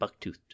Bucktoothed